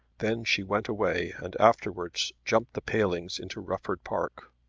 then she went away and afterwards jumped the palings into rufford park.